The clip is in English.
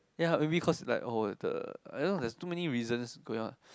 ya maybe cause oh the I don't know there's too many reasons going on